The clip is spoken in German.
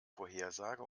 vorhersage